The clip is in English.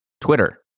Twitter